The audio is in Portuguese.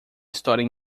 história